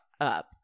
up